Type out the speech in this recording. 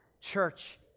church